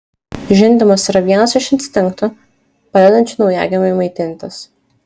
žindymas yra vienas iš instinktų padedančių naujagimiui maitintis